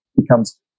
becomes